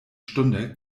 stunde